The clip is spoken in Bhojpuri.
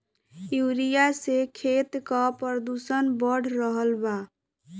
यूरिया से खेती क प्रदूषण बढ़ रहल बा